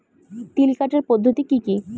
তিল কাটার পদ্ধতি কি কি?